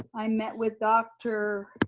i met with dr.